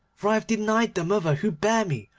for i have denied the mother who bare me,